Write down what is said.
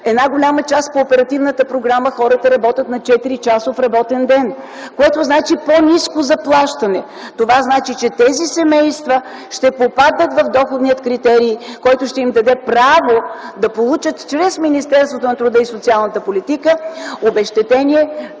Една голяма част от хората по оперативната програма работят на 4-часов работен ден, което значи по-ниско заплащане. Това значи, че тези семейства ще попаднат в доходния критерий, който ще им даде право да получат чрез Министерството на труда и социалната политика обезщетение